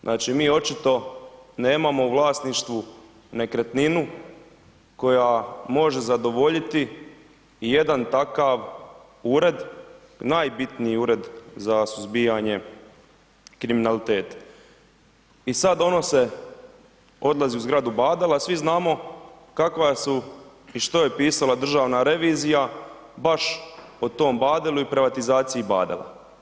Znači, mi očito nemamo u vlasništvu nekretninu koja može zadovoljiti jedan takav ured, najbitniji ured za suzbijanje kriminaliteta i sad donose, odlazi u zgradu Badela, svi znamo kakva su i što je pisala državna revizija baš o tom Badelu i privatizaciji Badela.